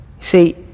See